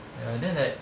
ya then like